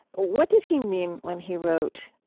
ah what did he mean when he wrote,